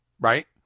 right